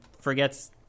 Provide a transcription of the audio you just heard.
forgets